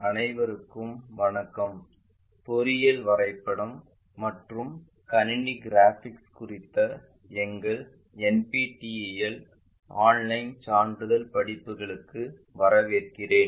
அனைவருக்கும் வணக்கம் பொறியியல் வரைபடம் மற்றும் கணினி கிராபிக்ஸ் குறித்த எங்கள் NPTEL ஆன்லைன் சான்றிதழ் படிப்புகளுக்கு வரவேற்கிறேன்